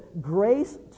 grace